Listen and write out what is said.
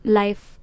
life